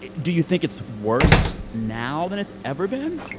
do you think it's worse now than it's ever been?